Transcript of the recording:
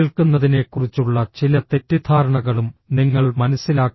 കേൾക്കുന്നതിനെക്കുറിച്ചുള്ള ചില തെറ്റിദ്ധാരണകളും നിങ്ങൾ മനസ്സിലാക്കണം